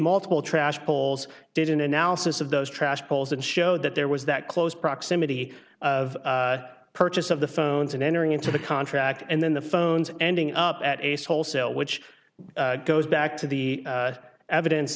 multiple trash polls didn't analysis of those trash polls that showed that there was that close proximity of purchase of the phones and entering into the contract and then the phones ending up at ace wholesale which goes back to the evidence